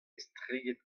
estreget